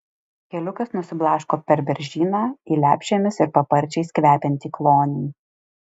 keliukas nusiblaško per beržyną į lepšėmis ir paparčiais kvepiantį klonį